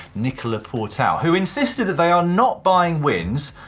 nicolas portal. who insisted that they are not buying wins,